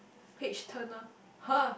page turner !huh!